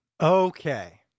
Okay